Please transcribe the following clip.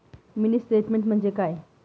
Mini statement म्हणजे काय?